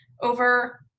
over